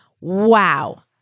wow